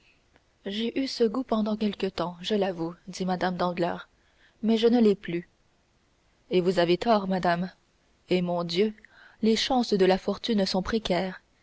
j'ai eu ce goût pendant quelque temps je l'avoue dit mme danglars mais je ne l'ai plus et vous avez tort madame eh mon dieu les chances de la fortune sont précaires